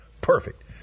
Perfect